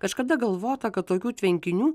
kažkada galvota kad tokių tvenkinių